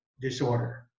disorder